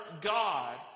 God